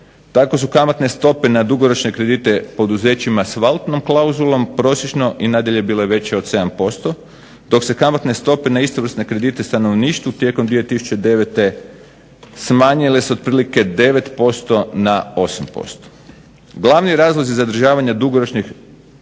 Tako su kamatne stope na dugoročne kredite poduzećima s valutnom klauzulom prosječno i nadalje bile veće od 7% dok se kamatne stope na istovrsne kredite stanovništvu tijekom 2009. smanjile s otprilike 9% na 8%. Glavni razlozi zadržavanja dugoročnih